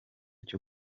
cyo